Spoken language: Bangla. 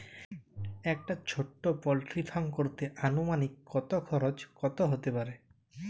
একটা ছোটো পোল্ট্রি ফার্ম করতে আনুমানিক কত খরচ কত হতে পারে?